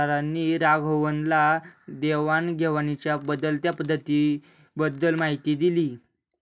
सरांनी राघवनला देवाण घेवाणीच्या बदलत्या पद्धतींबद्दल माहिती दिली